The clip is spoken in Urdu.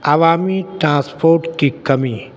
عوامی ٹرانسپورٹ کی کمی